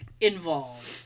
involved